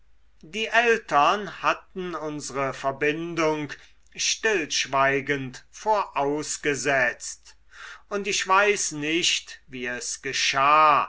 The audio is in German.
die eltern hatten unsre verbindung stillschweigend vorausgesetzt und ich weiß nicht wie es geschah